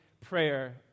prayer